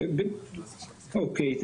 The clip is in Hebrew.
אוקיי.